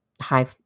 high